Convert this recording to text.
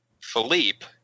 Philippe